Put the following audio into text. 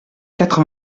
quatre